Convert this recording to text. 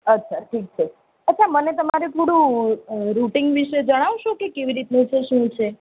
અચ્છા ઠીક છે અચ્છા મને તમારું થોડું રુટિન વિશે જણાવશો કે કેવી રીતનું છે શું છે